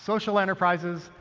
social enterprises,